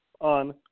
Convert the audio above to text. on